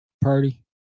Purdy